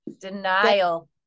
denial